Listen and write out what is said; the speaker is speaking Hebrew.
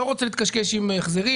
לא רוצים להתקשקש עם החזרים,